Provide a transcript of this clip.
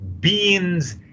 beans